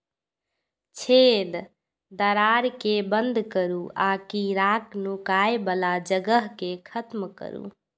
छेद, दरार कें बंद करू आ कीड़ाक नुकाय बला जगह कें खत्म करू